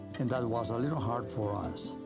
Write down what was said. and that was a little hard for us.